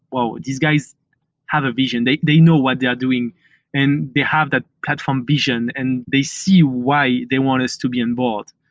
whoa! these guys have a vision. they they know what they are doing and they have that platform vision and they see why they want us to be involved.